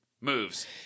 moves